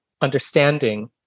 understanding